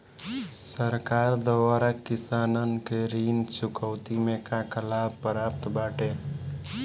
सरकार द्वारा किसानन के ऋण चुकौती में का का लाभ प्राप्त बाटे?